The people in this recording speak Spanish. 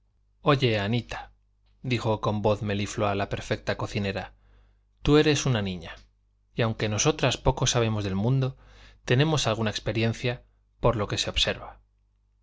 ten oye anita dijo con voz meliflua la perfecta cocinera tú eres una niña y aunque nosotras poco sabemos del mundo tenemos alguna experiencia por lo que se observa